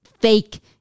fake